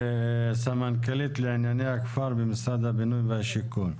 סמנכ"לית לענייני הכפר במשרד הבינוי והשיכון.